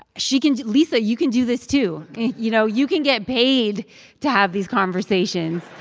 she can lisa, you can do this, too. you know, you can get paid to have these conversations